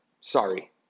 Sorry